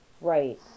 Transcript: Right